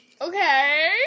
okay